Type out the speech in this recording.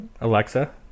Alexa